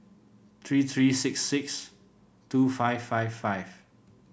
three three six six two five five five